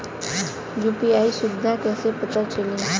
UPI सुबिधा कइसे पता चली?